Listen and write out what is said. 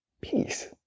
peace